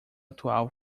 atual